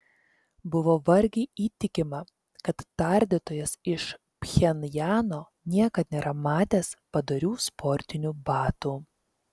buvo vargiai įtikima kad tardytojas iš pchenjano niekad nėra matęs padorių sportinių batų